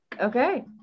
Okay